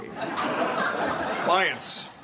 Clients